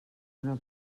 una